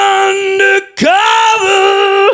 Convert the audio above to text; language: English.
undercover